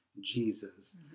Jesus